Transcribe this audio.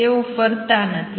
તેઓ ફરતા નથી